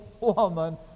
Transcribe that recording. woman